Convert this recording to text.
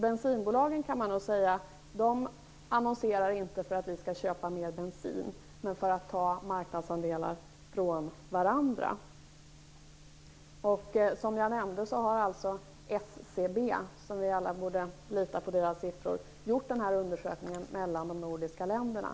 Bensinbolagen annonserar inte för att vi skall köpa mer bensin utan för att ta marknadsandelar från varandra. Som jag nämnde har SCB, vars siffror vi alla borde lita på, gjort en jämförande undersökning mellan de nordiska länderna.